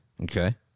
Okay